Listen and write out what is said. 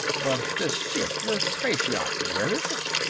but this ship, the space yacht, where is it?